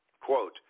Quote